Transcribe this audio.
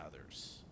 others